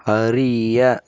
அறிய